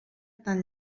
tan